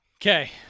Okay